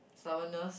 stubbornness